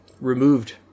removed